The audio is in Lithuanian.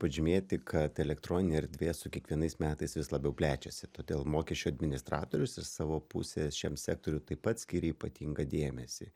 pažymėti kad elektroninė erdvė su kiekvienais metais vis labiau plečiasi todėl mokesčių administratorius iš savo pusės šiam sektoriui taip pat skiria ypatingą dėmesį